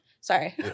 sorry